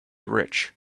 rich